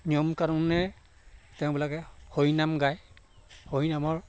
নিয়ম কানুনে তেওঁবিলাকে হৰিনাম গায় হৰিনামৰ